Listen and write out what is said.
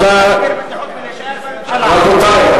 בטיחות ולהישאר בממשלה, רבותי.